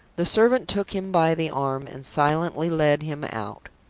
the servant took him by the arm, and silently led him out.